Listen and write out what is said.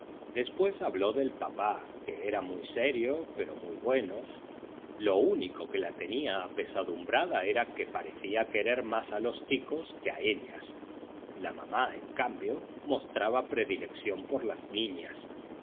después habló del papá que era muy serio pero muy bueno lo único que la tenía apesadumbrada era que parecía querer más a los chicos que a ellas la mamá en cambio mostraba predilección por las niñas